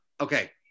Okay